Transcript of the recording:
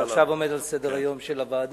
עכשיו, כן, שעכשיו עומד על סדר-היום של הוועדה.